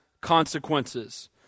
consequences